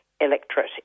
electorate